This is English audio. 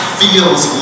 feels